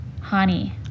Honey